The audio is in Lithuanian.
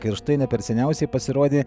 ir štai ne per seniausiai pasirodė